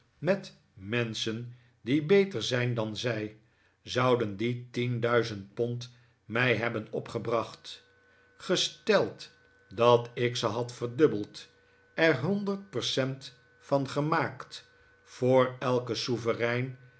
met menschen die beter zijn dan zij zouden die tien duizend pond mij hebben opgebracht gesteld dat ik ze had verdubbeld er honderd percent van gemaakt voor elken souverein